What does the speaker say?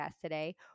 today